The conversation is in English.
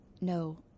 no